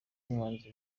mwanze